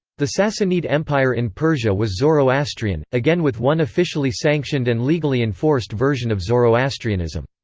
the sassanid empire in persia was zoroastrian, again with one officially sanctioned and legally enforced version of zoroastrianism.